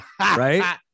Right